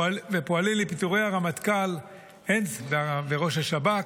ופועלים לפיטורי הרמטכ"ל וראש השב"כ,